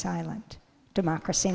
silent democracy